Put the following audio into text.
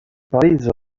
parizo